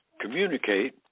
communicate